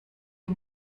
die